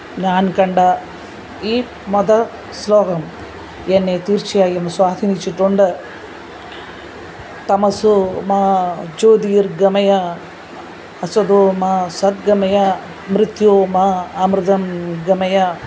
ഞാന് കണ്ട ഈ മത ശ്ലോകം എന്നെ തീര്ച്ചയായും സ്വാധീനിച്ചിട്ടുണ്ട് തമസോമാ ജ്യോതിര്ഗമയ അസതോമാ സദ്ഗമയ മൃത്യോർമാ അമൃതം ഗമയ